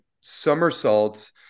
somersaults